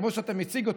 כמו שאתה מציג אותו,